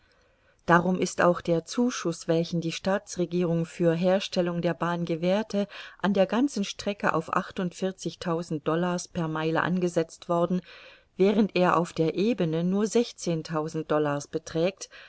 darum ist auch der zuschuß welchen die staatsregierung für herstellung der bahn gewährte an der ganzen strecke auf achtundvierzigtausend dollars per meile angesetzt worden während er auf der ebene nur sechzehntausend dollars beträgt